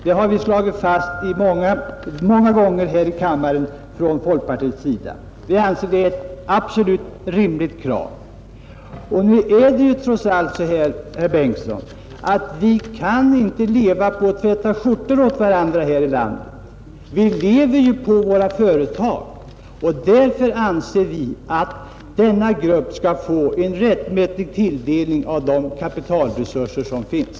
Det har vi slagit fast många gånger i riksdagen från folkpartiets sida; vi anser att det är ett absolut rimligt krav. Och det är trots allt så, herr Bengtsson, att vi kan inte leva på att tvätta skjortor åt varandra här i landet. Vi lever ju på våra företag, och därför anser vi att denna grupp skall få en rättmätig tilldelning av de kapitalresurser som finns.